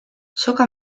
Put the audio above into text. soka